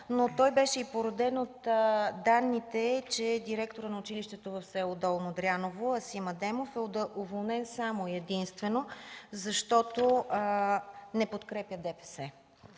Той беше породен от данните, че директорът на училището в село Долно Дряново Асим Адемов е уволнен само и единствено, защото не подкрепя ДПС.